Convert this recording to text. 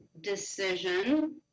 decision